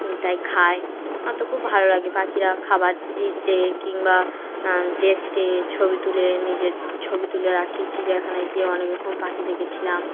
তাই খায় আমার তো খুব ভালো লাগে পাখিরা খাবার দিতে কিংবা দেখতে ছবি তুলে নিজের ছবি তুলে রাখি চিড়িয়াখানায় গিয়ে অনেক রকম পাখি দেখেছিলাম